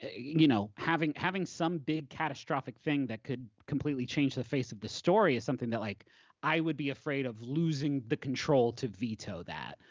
ah you know having having some big, catastrophic thing that could completely change the face of the story is something that like i would be afraid of losing the control to veto that.